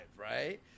right